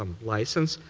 license,